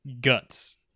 guts